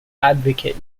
advocate